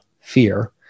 fear